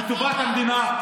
לטובת המדינה,